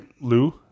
Lou